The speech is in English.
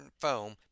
foam